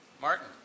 Martin